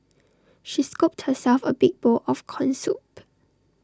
she scooped herself A big bowl of Corn Soup